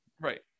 right